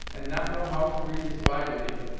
and not know how to read his bible even!